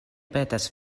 petas